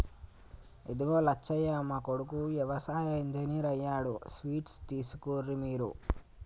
ఇదిగో లచ్చయ్య మా కొడుకు యవసాయ ఇంజనీర్ అయ్యాడు స్వీట్స్ తీసుకోర్రి మీరు